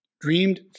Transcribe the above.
dreamed